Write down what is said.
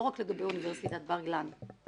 לא רק לגבי אוניברסיטת בר אילן.